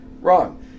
wrong